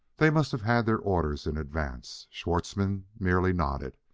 they must have had their orders in advance schwartzmann merely nodded,